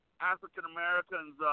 african-americans